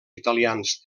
italians